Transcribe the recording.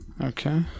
Okay